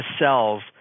cells